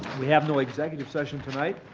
we have no executive session tonight.